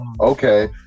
okay